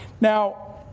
Now